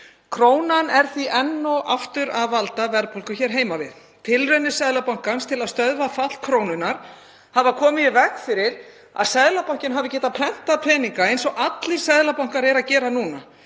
Krónan er því enn og aftur að valda verðbólgu hér heima við. Tilraunir Seðlabankans til að stöðva fall krónunnar hafa komið í veg fyrir að Seðlabankinn hafi getað prentað peninga eins og allir seðlabankar eru að gera núna.